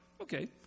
okay